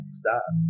stop